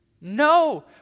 No